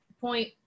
point